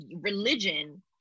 religion